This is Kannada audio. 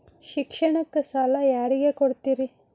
ಶಿಕ್ಷಣಕ್ಕ ಸಾಲ ಯಾರಿಗೆ ಕೊಡ್ತೇರಿ?